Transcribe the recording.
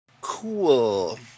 Cool